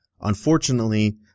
Unfortunately